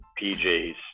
PJ's